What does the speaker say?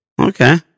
Okay